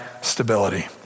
stability